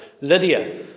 lydia